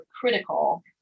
critical